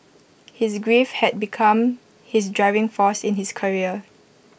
his grief had become his driving force in his career